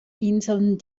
inseln